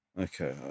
Okay